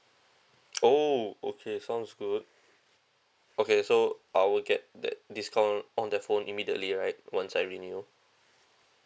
oh okay sounds good okay so I will get that discount on that phone immediately right once I renew